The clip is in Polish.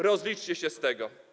Rozliczcie się z tego.